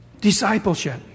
Discipleship